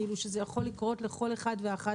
כאילו שזה יכול לקרות לכל אחד ואחת,